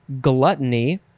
gluttony